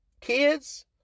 kids